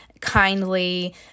kindly